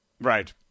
Right